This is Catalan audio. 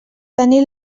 tenir